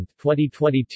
2022